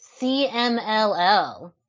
cmll